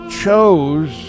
chose